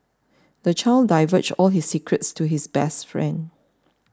the child divulged all his secrets to his best friend